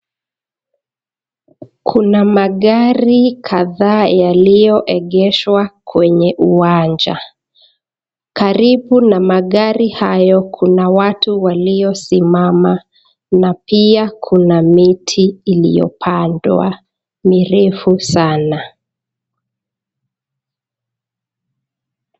Kuna magari kadhaa yaliyoegeshwa kwenye uwanja. Karibu na magari hayo kuna watu waliosimama na pia kuna miti iliyopandwa mirefu sana.